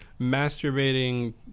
masturbating